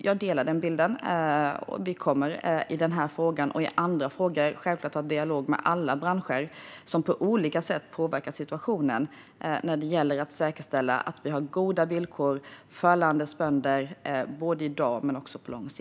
Vi kommer självklart att i denna och andra frågor ha en dialog med alla branscher som på olika sätt påverkar situationen när det gäller att säkerställa att vi både i dag och på lång sikt har goda villkor för landets bönder.